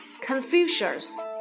Confucius